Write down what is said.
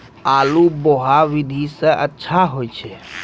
आलु बोहा विधि सै अच्छा होय छै?